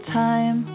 time